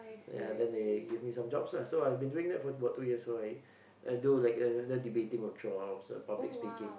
ya then they give me some jobs lah so I've been doing that for about two years so I I do like either debating jobs or public speaking